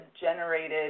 generated